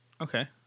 Okay